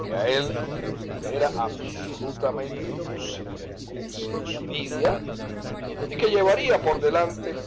que a él le era absolutamente imposible vivir sin su lidia y que llevaría por delante